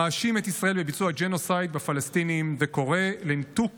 המאשים את ישראל בביצוע ג'נוסייד בפלסטינים וקורא לניתוק